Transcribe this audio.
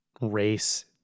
race